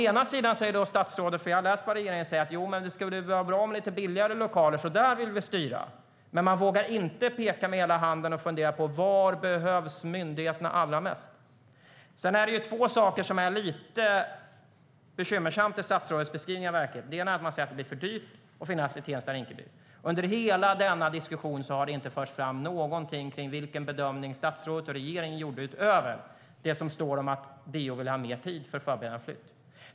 Jag har läst vad regeringen säger, och statsrådet säger att det skulle vara bra med lite billigare lokaler. Där vill de alltså styra. Men de vågar inte peka med hela handen och fundera på var myndigheterna behövs allra mest. Två saker i statsrådets beskrivning av verkligheten är bekymmersamma. Den ena är att det blir för dyrt att finnas i Tensta-Rinkeby. Under hela denna diskussion har det inte förts fram någonting om vilken bedömning statsrådet och regeringen gjorde utöver att DO vill ha mer tid för att förbereda en flytt.